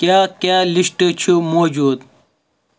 کیٛاہ کیٛاہ لِسٹ چھُ موجوٗد